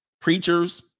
Preachers